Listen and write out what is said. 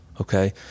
Okay